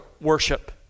worship